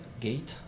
gate